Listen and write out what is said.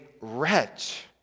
wretch